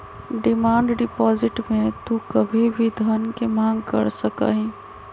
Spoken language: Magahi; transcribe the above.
डिमांड डिपॉजिट में तू कभी भी धन के मांग कर सका हीं